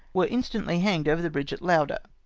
were instantly hanged over the bridge at lauder.